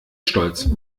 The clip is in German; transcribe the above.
stolz